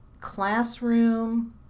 classroom